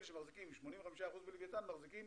אלה שמחזיקים 85% בלווייתן מחזיקים